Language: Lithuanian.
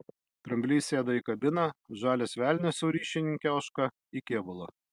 dramblys sėda į kabiną žalias velnias su ryšininke ožka į kėbulą